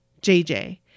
JJ